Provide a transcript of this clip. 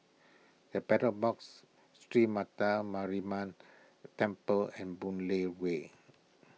the Battle Box Sree Mata Mariamman Temple and Boon Lay Way